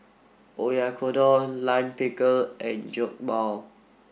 Oyakodon Lime Pickle and Jokbal